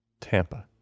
Tampa